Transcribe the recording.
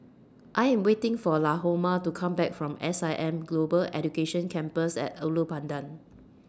I Am waiting For Lahoma to Come Back from S I M Global Education Campus At Ulu Pandan